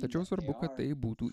tačiau svarbu kad tai būtų